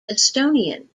estonian